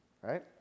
right